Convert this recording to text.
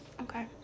okay